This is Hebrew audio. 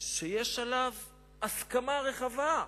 שיש עליו הסכמה רחבה,